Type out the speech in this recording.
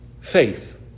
faith